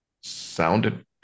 sounded